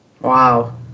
Wow